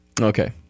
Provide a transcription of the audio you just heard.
okay